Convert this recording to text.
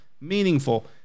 meaningful